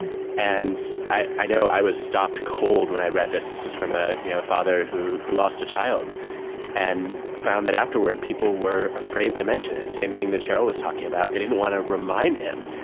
and i i know i was stopped cold when i read this. this was from ah you know a father who who lost a child and found that afterward people were afraid to mention it, same thing that sheryl was talking about. they didn't want to remind him,